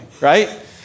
right